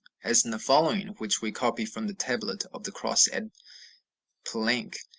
as in the following, which we copy from the tablet of the cross at palenque.